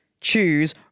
choose